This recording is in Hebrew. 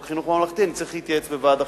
חינוך ממלכתי אני צריך להתייעץ בוועד החינוך.